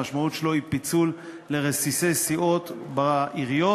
המשמעות שלו היא פיצול לרסיסי סיעות בעיריות,